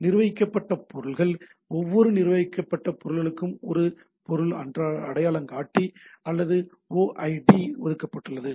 நிர்வகிக்கப்பட்ட பொருள்கள் ஒவ்வொரு நிர்வகிக்கப்பட்ட பொருளுக்கும் ஒரு பொருள் அடையாளங்காட்டி அல்லது ஓஐடீ ஒதுக்கப்படுகின்றன